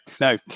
No